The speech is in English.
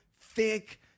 thick